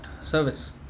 service